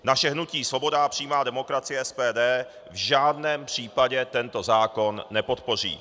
Naše hnutí Svoboda a přímá demokracie, SPD, v žádném případě tento zákon nepodpoří.